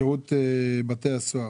שירות בתי הסוהר.